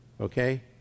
okay